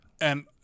And-